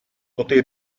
poté